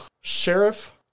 Sheriff